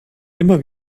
immer